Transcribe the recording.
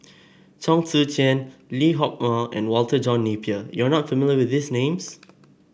Chong Tze Chien Lee Hock Moh and Walter John Napier you are not familiar with these names